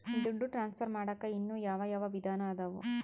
ದುಡ್ಡು ಟ್ರಾನ್ಸ್ಫರ್ ಮಾಡಾಕ ಇನ್ನೂ ಯಾವ ಯಾವ ವಿಧಾನ ಅದವು?